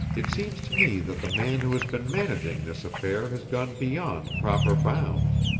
it seems to me that the man who has been managing this affair has gone beyond proper bounds.